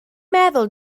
meddwl